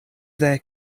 their